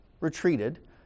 retreated